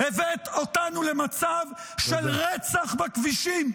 הבאת אותנו למצב של רצח בכבישים.